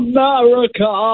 America